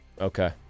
Okay